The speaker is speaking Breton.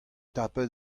tapet